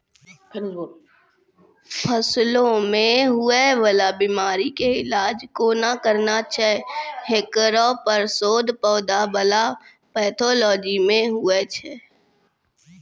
फसलो मे हुवै वाला बीमारी के इलाज कोना करना छै हेकरो पर शोध पौधा बला पैथोलॉजी मे हुवे छै